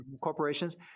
corporations